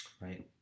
Right